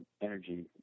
energy